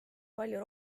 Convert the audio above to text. palju